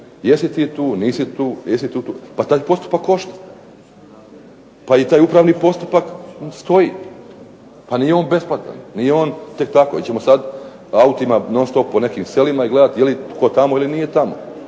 jesi ti tu, nisi tu. Pa taj postupak košta, pa i taj upravni postupak stoji. Pa nije besplatan, nije on tek tako. Hoćemo sad autima po nekim selima i gledat je li tko tamo ili nije tamo.